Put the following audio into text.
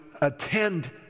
attend